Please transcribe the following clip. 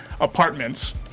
Apartments